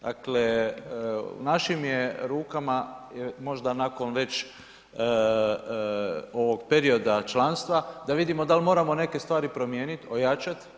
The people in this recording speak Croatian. Dakle u našim je rukama možda nakon već ovog perioda članstva da vidimo da li moramo neke stvari promijeniti, ojačati.